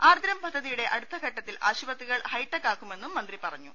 ആർദ്രം പദ്ധതിയുടെ അടുത്ത ഘട്ടത്തിൽ ആശുപത്രികൾ ഹൈടെക്കാക്കുമെന്നും മന്ത്രി പറഞ്ഞു